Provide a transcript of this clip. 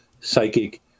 psychic